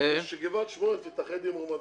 שגבעת שמואל תתאחד עם רמת גן.